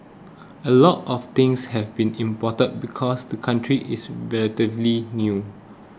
a lot of things have been imported because the country is relatively new